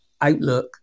outlook